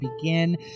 begin